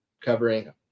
covering –